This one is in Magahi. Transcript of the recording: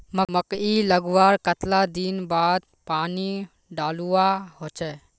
मकई लगवार कतला दिन बाद पानी डालुवा होचे?